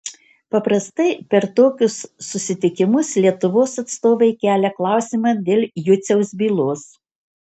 paprastai per tokius susitikimus lietuvos atstovai kelia klausimą dėl juciaus bylos